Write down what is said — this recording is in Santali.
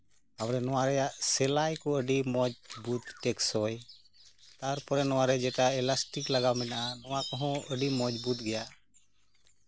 ᱛᱟᱨᱯᱚᱨᱮ ᱱᱚᱶᱟ ᱨᱮᱭᱟᱜ ᱥᱮᱞᱟᱭ ᱠᱚ ᱟᱹᱰᱤ ᱢᱚᱸᱡᱵᱩᱫ ᱴᱮᱠᱥᱚᱭ ᱛᱟᱨᱯᱚᱨᱮ ᱱᱚᱶᱟ ᱨᱮ ᱡᱮᱴᱟ ᱮᱞᱟᱥᱴᱤᱠ ᱞᱟᱜᱟᱣ ᱢᱮᱱᱟᱜᱼᱟ ᱱᱚᱶᱟ ᱠᱚᱦᱚᱸ ᱟᱹᱰᱤ ᱢᱚᱸᱡᱵᱩᱫ ᱜᱮᱭᱟ